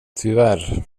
tyvärr